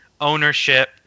ownership